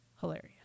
Hilarious